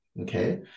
Okay